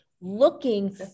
looking